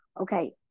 Okay